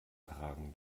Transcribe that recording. tragen